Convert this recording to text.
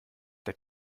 der